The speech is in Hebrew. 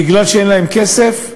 מפני שאין להם כסף,